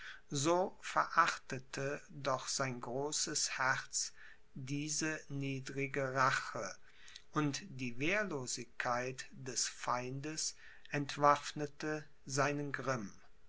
so verachtete doch sein großes herz diese niedrige rache und die wehrlosigkeit des feindes entwaffnete seinen grimm